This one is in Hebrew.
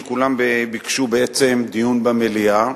שכולם ביקשו בעצם דיון במליאה.